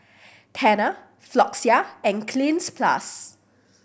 Tena Floxia and Cleanz Plus